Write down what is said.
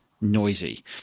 noisy